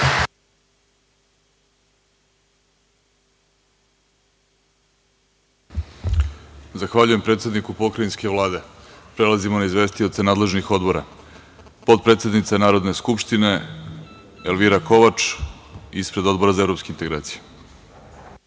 Zahvaljujem predsedniku pokrajinske Vlade. Prelazimo na izvestioce nadležnih odbora. Reč ima potpredsednica Narodne skupštine Elvira Kovač, ispred Odbora za evropske integracije. Izvolite.